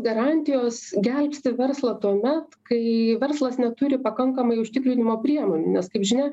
garantijos gelbsti verslą tuomet kai verslas neturi pakankamai užtikrinimo priemonių nes kaip žinia